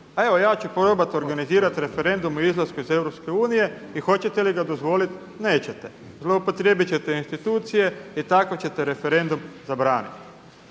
evo ja ću probati organizirati referendum o izlasku iz EU i hoćete li ga dozvoliti? Nećete, zloupotrijebit ćete institucije i takav ćete referendum zabraniti.